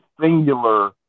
singular